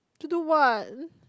to do what